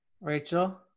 Rachel